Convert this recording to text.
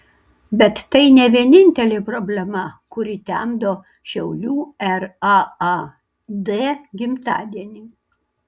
bet tai ne vienintelė problema kuri temdo šiaulių raad gimtadienį